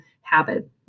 habit